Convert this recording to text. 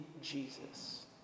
Jesus